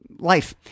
life